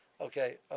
Okay